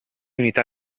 unità